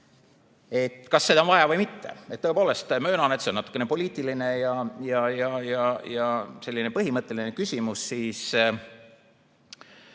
kas seda on vaja või mitte. Tõepoolest, möönan, et see on natukene poliitiline ja selline põhimõtteline küsimus. Üks